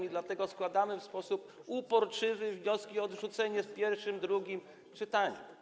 I dlatego składamy w sposób uporczywy wnioski o odrzucenie w pierwszym, drugim czytaniu.